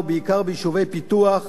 ובעיקר ביישובי פיתוח,